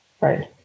Right